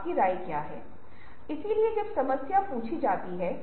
आप वही कर रहे हैं जिसे मुक्त संघ कहा जाता है